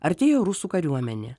artėjo rusų kariuomenė